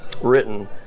written